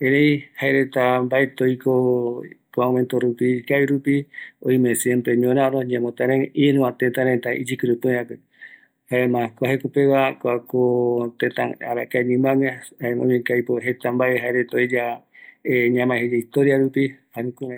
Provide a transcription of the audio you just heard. erei jaereta mbaeti oiko kua momento ikavirupi oime siempre ñoraro, ñemotarai iruva tetareta iyikerupi oiva, jaema kua jekopegua kuako teta arkuae ñimague, erei oime ko aipo jeta mbae ueya ñamae vaera historiavi jae jukurei